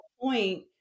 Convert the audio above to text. point